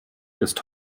ist